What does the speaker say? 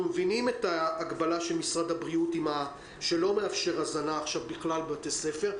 אנחנו מבינים את ההגבלה של משרד הבריאות לא לאפשר הזנה בכלל בבתי הספר,